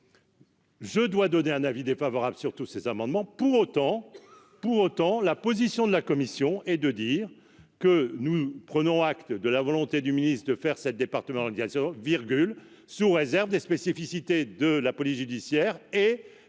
Je dois donner un avis défavorable sur tous ces amendements pour autant pour autant la position de la commission et de dire que nous prenons acte de la volonté du ministre de faire sept départements lundi à 0 virgule, sous réserve des spécificités de la police judiciaire et